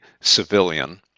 civilian